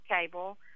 cable